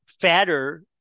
fatter